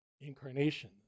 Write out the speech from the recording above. incarnation